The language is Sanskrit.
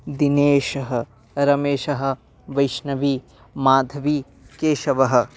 दिनेशः रमेशः वैष्णवी माधवी केशवः